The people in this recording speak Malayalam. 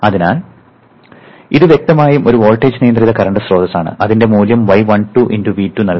അതിനാൽ ഇത് വ്യക്തമായും ഒരു വോൾട്ടേജ് നിയന്ത്രിത കറന്റ് സ്രോതസ്സാണ് അതിന്റെ മൂല്യം y12 V2 നൽകുന്നു